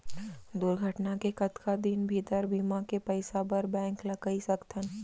दुर्घटना के कतका दिन भीतर बीमा के पइसा बर बैंक ल कई सकथन?